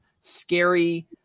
scary